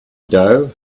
dough